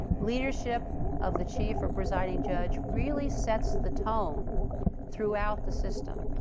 leadership of the chief or presiding judge really sets the tone throughout the system,